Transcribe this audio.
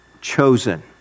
chosen